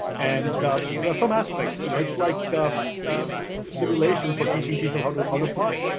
and there are some aspects, you know it's like a simulation for teaching people how to how to fly.